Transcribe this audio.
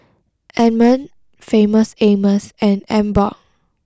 Anmum Famous Amos and Emborg